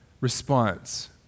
response